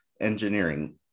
engineering